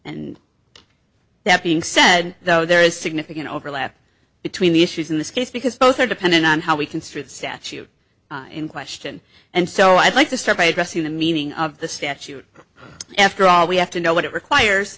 and that being said though there is significant overlap between the issues in this case because both are dependent on how we construe the statute in question and so i'd like to start by addressing the meaning of the statute after all we have to know what it requires